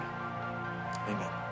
Amen